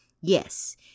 Yes